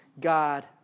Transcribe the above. God